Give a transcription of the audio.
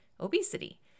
Obesity